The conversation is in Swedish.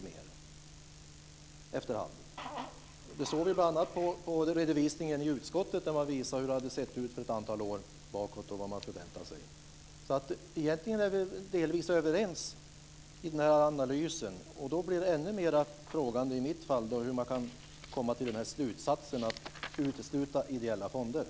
Det såg vi bl.a. vid redovisningen i utskottet, då man visade hur det såg ut ett antal år bakåt i tiden och vad man förväntar sig. Egentligen är vi delvis överens i denna analys. Då står jag ännu mera frågande inför hur man kan komma till slutsatsen att ideella fonder ska uteslutas.